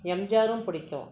M G ஆரும் பிடிக்கும்